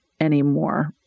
anymore